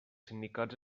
sindicats